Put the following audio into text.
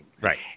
Right